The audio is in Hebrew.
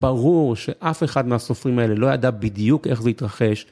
ברור שאף אחד מהסופרים האלה לא ידע בדיוק איך זה התרחש.